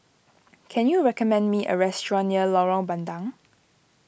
can you recommend me a restaurant near Lorong Bandang